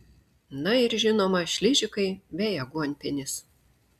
na ir žinoma šližikai bei aguonpienis